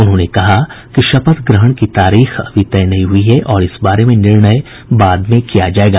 उन्होंने कहा कि शपथ ग्रहण की तारीख अभी तय नहीं हुई है और इस बारे में निर्णय बाद में किया जायेगा